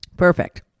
Perfect